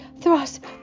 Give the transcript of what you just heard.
thrust